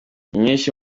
inyinshi